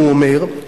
הוא אומר,